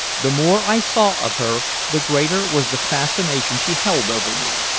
the more i saw of her the greater was the fascination she held over me.